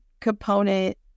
component